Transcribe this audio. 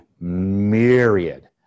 myriad